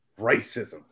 racism